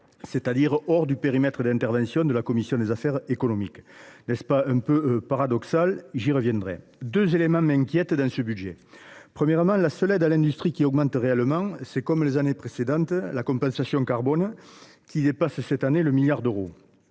c’est à dire hors du périmètre d’intervention de la commission des affaires économiques. N’est ce pas un peu paradoxal ?… J’y reviendrai. Deux éléments m’inquiètent dans ce budget. Premièrement, la seule aide à l’industrie qui augmente réellement est, comme les années précédentes, la compensation carbone, qui dépasse cette année le milliard d’euros.